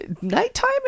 Nighttime